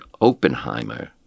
Oppenheimer